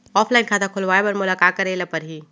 Offline खाता खोलवाय बर मोला का करे ल परही?